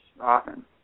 often